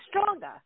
stronger